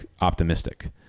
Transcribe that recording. optimistic